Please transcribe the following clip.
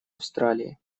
австралии